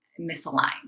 misaligned